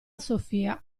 sofia